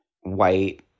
white